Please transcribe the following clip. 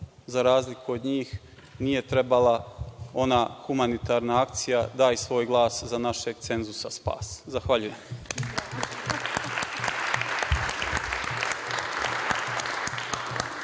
za razliku od njih, nije trebala ona humanitarna akcija – daj svoj glas, za našeg cenzusa spas. Zahvaljujem.